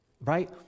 right